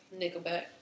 Nickelback